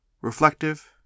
reflective